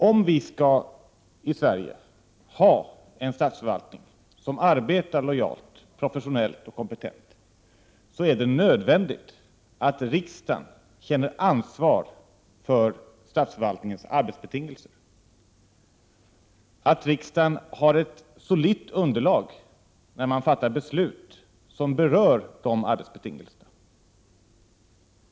Om vi i Sverige skall ha en statsförvaltning som arbetar lojalt, professionellt och kompetent, är det nödvändigt att riksdagen känner ansvar för statsförvaltningens arbetsbetingelser och att riksdagen har ett solitt underlag när den fattar beslut som berör dessa arbetsbetingelser.